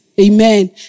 amen